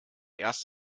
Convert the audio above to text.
erst